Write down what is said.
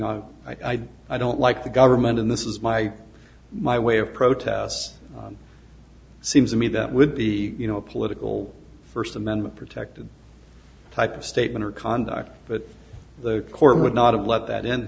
know i i don't like the government and this is my my way of protests seems to me that would be you know a political first amendment protected type of statement or conduct but the court would not have let that in